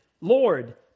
Lord